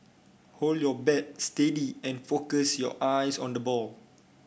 hold your bat steady and focus your eyes on the ball